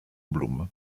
blum